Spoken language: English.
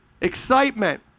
excitement